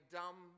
dumb